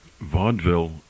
Vaudeville